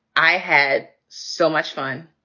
i had so much fun.